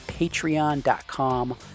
Patreon.com